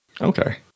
Okay